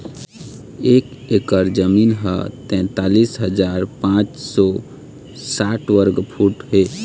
एक एकर जमीन ह तैंतालिस हजार पांच सौ साठ वर्ग फुट हे